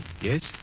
Yes